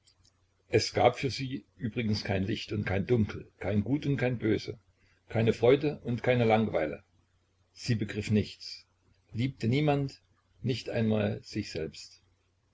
es gab für sie übrigens kein licht und kein dunkel kein gut und kein böse keine freude und keine langweile sie begriff nichts liebte niemand nicht einmal sich selbst